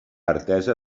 artesa